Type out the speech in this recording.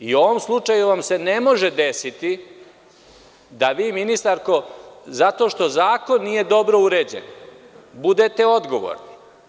U ovom slučaju vam se ne može desiti da vi, ministarko, zato što zakon nije dobro uređen, budete odgovorni.